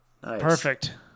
Perfect